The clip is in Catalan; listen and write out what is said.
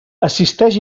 assisteix